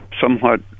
somewhat